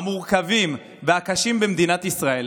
המורכבים והקשים במדינת ישראל,